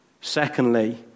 Secondly